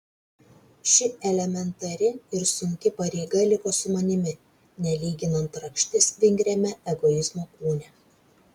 ši elementari ir sunki pareiga liko su manimi nelyginant rakštis vingriame egoizmo kūne